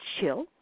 chill